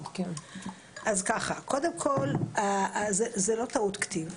אז ככה, קודם כל, זו לא טעות כתיב.